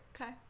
Okay